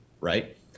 right